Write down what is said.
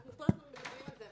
ואנחנו כל הזמן מדברים על זה,